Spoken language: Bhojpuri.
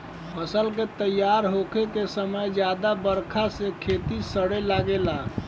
फसल के तइयार होखे के समय ज्यादा बरखा से खेत सड़े लागेला